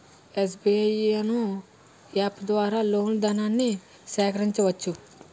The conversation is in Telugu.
ఎస్.బి.ఐ యోనో యాప్ ద్వారా లోన్ ధనాన్ని సేకరించవచ్చు